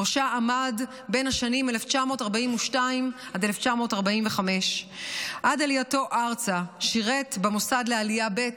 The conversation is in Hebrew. שבראשה עמד בשנים 1942 1945. עד עלייתו ארצה שירת במוסד לעלייה ב',